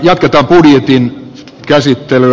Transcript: jatketaan budjetin käsittelyä